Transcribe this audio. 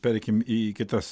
pereikim į kitas